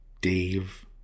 Dave